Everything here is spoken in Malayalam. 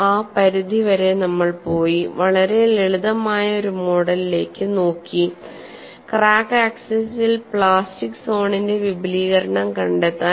ആ പരിധിവരെ നമ്മൾ പോയി വളരെ ലളിതമായ ഒരു മോഡലിലേക്ക് നോക്കി ക്രാക്ക് ആക്സിസിൽ പ്ലാസ്റ്റിക് സോണിന്റെ വിപുലീകരണം കണ്ടെത്താൻ